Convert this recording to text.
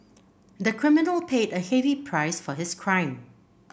the criminal paid a heavy price for his crime